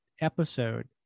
episode